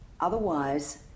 Otherwise